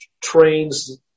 trains